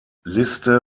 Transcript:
liste